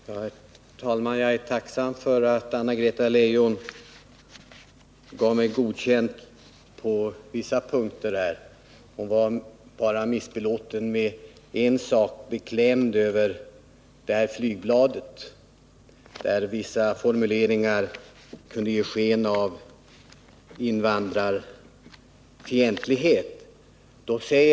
Herr talman! Jag är tacksam för att Anna-Greta Leijon gav mig godkänt på vissa punkter. Hon var bara missbelåten med en sak; hon var beklämd över flygbladet där vissa formuleringar kunde ge sken av invandrarfientlighet.